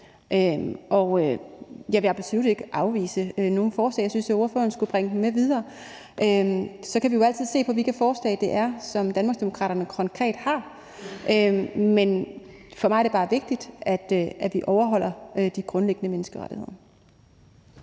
jeg vil absolut ikke afvise nogen forslag. Jeg synes, ordføreren skulle bringe dem med videre. Så kan vi jo altid se på, hvilke forslag det er, som Danmarksdemokraterne konkret har. Men for mig er det bare vigtigt, at vi overholder de grundlæggende menneskerettigheder.